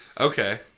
Okay